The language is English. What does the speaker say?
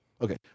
Okay